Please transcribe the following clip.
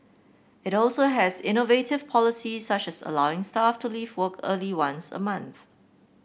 it also has innovative policies such as allowing staff to leave work early once a month